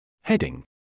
Heading